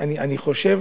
אני חושב